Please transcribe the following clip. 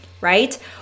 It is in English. right